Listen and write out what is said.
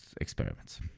experiments